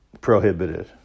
prohibited